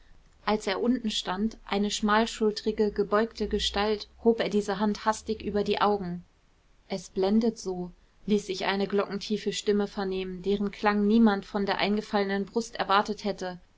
als er unten stand eine schmalschultrige gebeugte gestalt hob er diese hand hastig über die augen es blendet so ließ sich eine glockentiefe stimme vernehmen deren klang niemand von der eingefallenen brust erwartet hätte